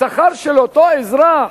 השכר של אותו אזרח,